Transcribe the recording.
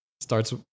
starts